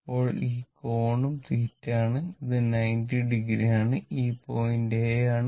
അപ്പോൾ ഈ കോണും θ ആണ് അത് 90 ഡിഗ്രിയാണ് ഈ പോയിന്റ് എ ആണ്